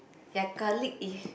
your colleague if